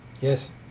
Yes